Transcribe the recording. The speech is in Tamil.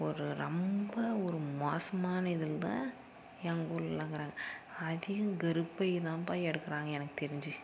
ஒரு ரொம்ப ஒரு மோசமான இதில் தான் எங்க ஊர்லகிறாங்க அதிக கருப்பை தான்ப்பா எடுக்கிறாங்க எனக்கு தெரிஞ்சு